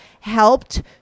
helped